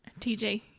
TJ